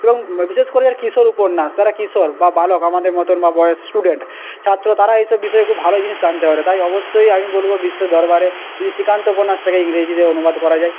এবং বিশেষ করে এর কিশোর উপন্যাস যারা কিশোর বা বালক আমাদের মতন বা বয়স স্টুডেন্ট ছাত্র তারা এই সব বিষয়ে খুব ভালো জিনিস জানতে পারবে তাই অবশ্যই আমি বলব বিশ্বের দরবারে যদি শ্রীকান্ত উপন্যাসটাকে ইংরেজিতে অনুবাদ করা যায়